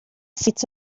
seats